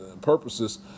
purposes